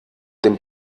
dem